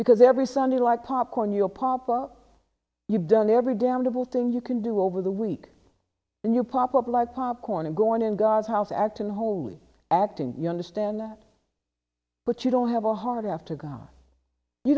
because every sunday like popcorn your papa you've done every damned of all things you can do over the week and your pop up like popcorn and going in god's house acting holy acting you understand that but you don't have a heart after god you